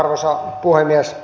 arvoisa puhemies